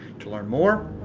to learn more,